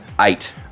Eight